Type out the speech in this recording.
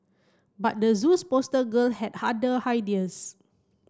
but the zoo's poster girl had other ideas